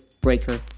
Breaker